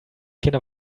kinder